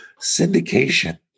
Syndication